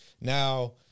now